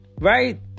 Right